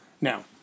Now